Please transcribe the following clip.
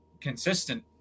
consistent